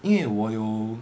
因为我有